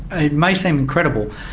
it may seem incredible,